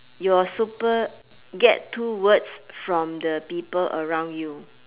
your super get two words from the people around you